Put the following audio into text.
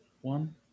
One